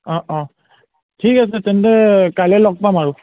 অঁ অঁ ঠিক আছে তেন্তে কাইলৈ লগ পাম আৰু